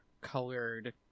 colored